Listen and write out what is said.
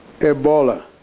Ebola